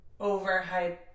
overhyped